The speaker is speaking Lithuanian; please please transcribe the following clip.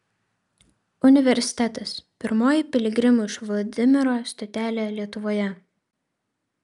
universitetas pirmoji piligrimų iš vladimiro stotelė lietuvoje